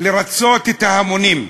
לרצות את ההמונים,